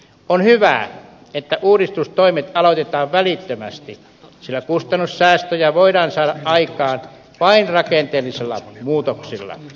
on hyvä että uudistustoimet aloitetaan välittömästi sillä kustannus säästöjä voidaan saada aikaan vain rakenteellisilla muutoksilla